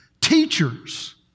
teachers